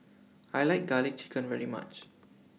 I like Garlic Chicken very much